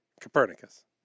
Copernicus